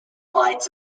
lights